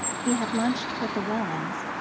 he had lunched with the wellands,